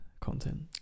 content